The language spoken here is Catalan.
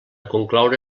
concloure